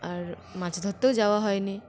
আর মাছ ধরতেও যাওয়া হয়নি